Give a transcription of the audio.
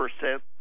percent